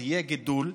יהיה גידול,